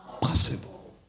possible